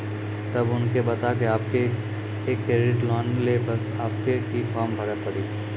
तब उनके बता के आपके के एक क्रेडिट लोन ले बसे आपके के फॉर्म भरी पड़ी?